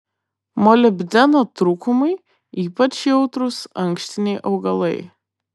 molibdeno trūkumui ypač jautrūs ankštiniai augalai